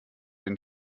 den